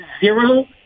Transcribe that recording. zero